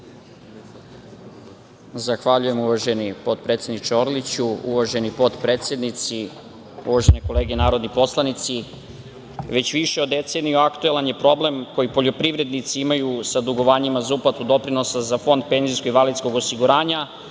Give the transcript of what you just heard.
Zahvaljujem, uvaženi potpredsedniče Orliću. Uvaženi potpredsednici, uvažene kolege narodni poslanici, već više od deceniju aktuelan je problem koji poljoprivrednici imaju sa dugovanjima za uplatu doprinosa Fond penzijsko-invalidskog osiguranja,